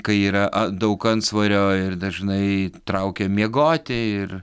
kai yra a daug antsvorio ir dažnai traukia miegoti ir